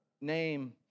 name